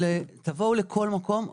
תבואו לכל מקום,